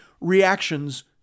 reactions